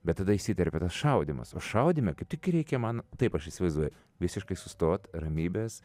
bet tada įsiterpia tas šaudymas o šaudyme kaip tik reikia man taip aš įsivaizduoju visiškai sustot ramybės